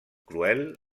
cruel